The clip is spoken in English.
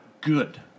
good